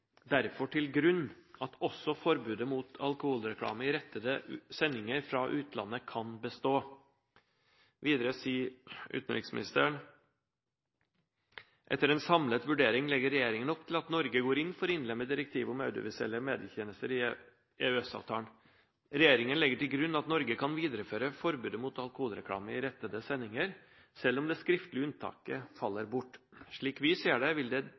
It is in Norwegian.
derfor til grunn at også forbudet mot alkoholreklame i rettede sendinger fra utlandet kan bestå.» Videre sier utenriksministeren: «Etter en samlet vurdering legger regjeringen opp til at Norge går inn for å innlemme direktivet om audiovisuelle medietjenester i EØS-avtalen. Regjeringen legger til grunn at Norge kan videreføre forbudet mot alkoholreklame i rettede sendinger selv om det skriftlige unntaket faller bort. Slik vi ser det, vil